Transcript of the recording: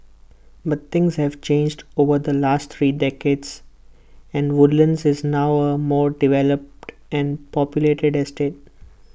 but things have changed over the last three decades and Woodlands is now A more developed and populated estate